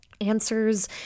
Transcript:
Answers